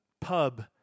pub